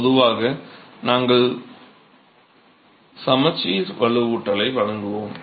பொதுவாக நாங்கள் சமச்சீர் வலுவூட்டலை வழங்குவோம்